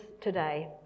today